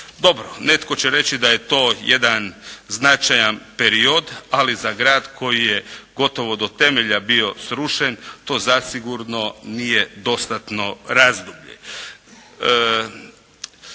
Dobro, netko će reći da je to jedan značajan period, ali za grad koji je gotovo do temelja bi srušen to zasigurno nije dostatno razdoblje.